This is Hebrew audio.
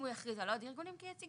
אם הוא יכריז על עוד ארגונים כיציגים,